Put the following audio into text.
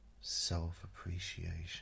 self-appreciation